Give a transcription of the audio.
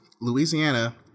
Louisiana